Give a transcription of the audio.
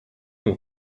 nous